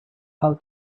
how